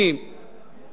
בפרק החינוך,